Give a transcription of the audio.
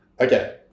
okay